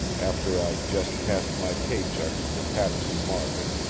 after i'd just cashed my pay check from the pat'son market.